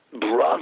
brother